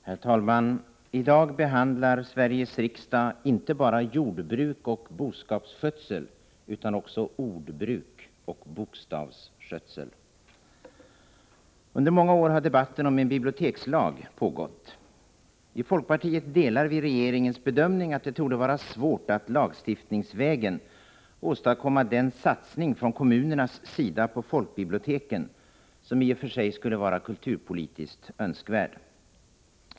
Herr talman! I dag behandlar Sveriges riksdag inte bara jordbruk och boskapsskötsel utan också ordbruk och bokstavsskötsel. Under många år har debatten om en bibliotekslag pågått. I folkpartiet delar vi regeringens bedömning att det torde vara svårt att lagstiftningsvägen åstadkomma den satsning från kommunernas sida på folkbiblioteken som i och för sig skulle vara kulturpolitiskt önskvärd.